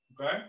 okay